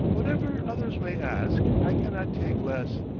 whatever others may ask, i cannot take less.